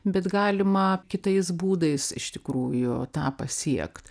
bet galima kitais būdais iš tikrųjų tą pasiekt